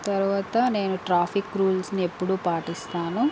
తర్వాత నేను ట్రాఫిక్ రూల్స్ని ఎప్పుడు పాటిస్తాను